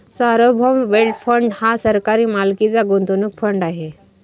सार्वभौम wealth fund हा सरकारी मालकीचा गुंतवणूक फंड आहे